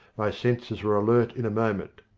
my senses were alert in a moment.